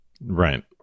Right